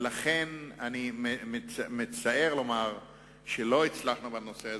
לכן אני מצטער לומר שלא הצלחנו בנושא הזה,